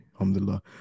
Alhamdulillah